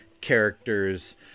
characters